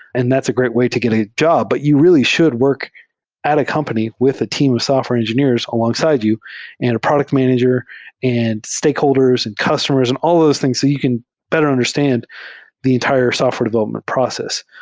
and that's a great way to get a job, but you really should work at a company with a team of software engineers alongside you and a product manager and stakeholders and customers and al l those things so you can better understand the entire software development process.